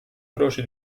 croce